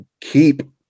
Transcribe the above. keep